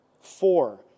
Four